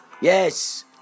Yes